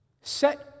Set